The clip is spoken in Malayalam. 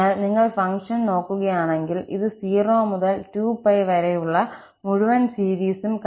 അതിനാൽ നിങ്ങൾ ഫംഗ്ഷൻ നോക്കുകയാണെങ്കിൽ ഇത് 0 മുതൽ 2𝜋 വരെയുള്ള മുഴുവൻ സീരീസും കണ്ടിന്യൂസ് ഫംഗ്ഷനാണ്